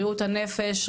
בריאות הנפש,